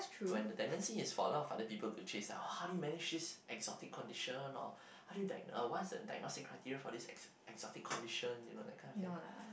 when the tendency is for a lot of other people to chase like how do you manage this exotic condition or how do you diag~ what is the diagnostic criteria for this exotic condition you know that kind of thing